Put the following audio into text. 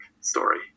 story